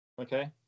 Okay